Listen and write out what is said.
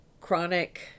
chronic